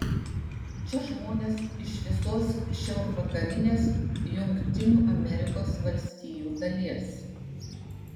čia žmonės iš visos šiaurvakarinės jungtinių amerikos valstijų dalies